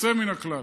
יוצא מן הכלל.